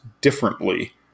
differently